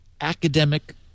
academic